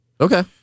Okay